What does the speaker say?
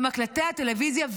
במקלטי הטלוויזיה,